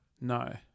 No